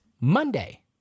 Monday